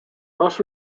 most